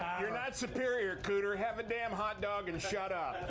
you're not superior, cooter. have a damned hotdog and shut up.